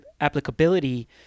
applicability